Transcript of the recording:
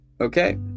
Okay